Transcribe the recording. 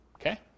Okay